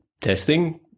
testing